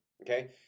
okay